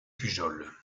pujol